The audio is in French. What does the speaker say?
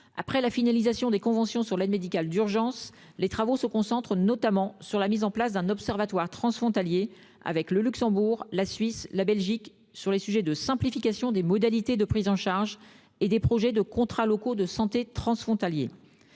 Après la finalisation des conventions sur l'aide médicale d'urgence, les travaux se concentrent désormais sur la mise en place d'un observatoire transfrontalier réunissant le Luxembourg, la Suisse et la Belgique autour de la question de la simplification des modalités de prise en charge et des projets de contrats locaux de santé transfrontaliers.